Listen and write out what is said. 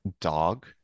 dog